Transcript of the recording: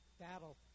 battle